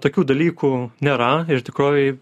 tokių dalykų nėra ir tikrovėj